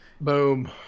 boom